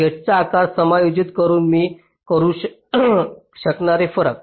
गेटचा आकार समायोजित करून मी करू शकणारे फरक